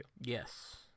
Yes